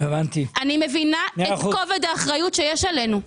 אני מבינה את כובד האחריות שיש עלינו.